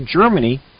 Germany